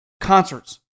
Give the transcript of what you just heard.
concerts